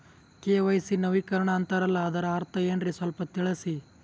KYC ನವೀಕರಣ ಅಂತಾರಲ್ಲ ಅದರ ಅರ್ಥ ಏನ್ರಿ ಸ್ವಲ್ಪ ತಿಳಸಿ?